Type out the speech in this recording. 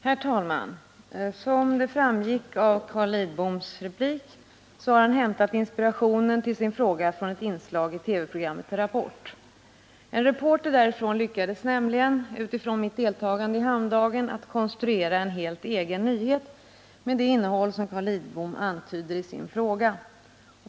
Herr talman! Som framgick av Carl Lidboms anförande har han hämtat inspirationen till sin fråga från ett inslag i TV-programmet Rapport. En reporter därifrån lyckades nämligen, utifrån mitt deltagande i Hamndagen, konstruera en helt egen nyhet med det innehåll Carl Lidbom antyder i sin fråga.